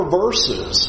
verses